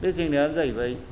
बे जेंनायानो जाहैबाय